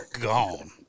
gone